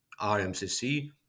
RMCC